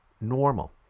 normal